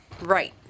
Right